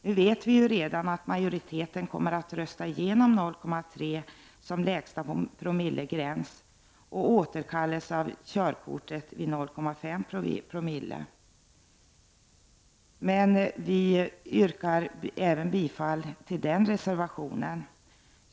Nu vet vi ju redan att majoriteten kommer att rösta igenom 0,3 Zoo som lägsta gräns samt 0,5 4o för återkallelse av körkort. Vi yrkar bifall till reservationen.